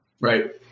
right